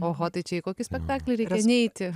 oho tai čia į kokį spektaklį reikia neiti